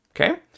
okay